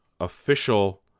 official